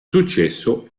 successo